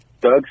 Doug